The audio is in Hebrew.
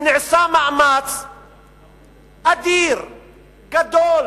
ונעשה מאמץ אדיר, גדולי,